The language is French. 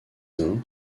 uns